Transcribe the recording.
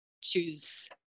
choose